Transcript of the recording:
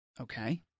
Okay